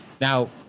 Now